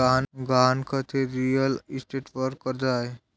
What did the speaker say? गहाणखत हे रिअल इस्टेटवर कर्ज आहे